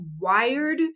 wired